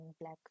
black